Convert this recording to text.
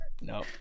no